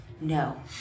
No